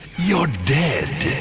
you're dead.